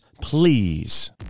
please